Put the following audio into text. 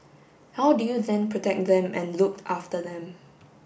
how do you then protect them and look after them